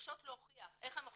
נדרשות להוכיח, ואיך הן מוכיחות?